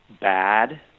bad